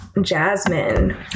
Jasmine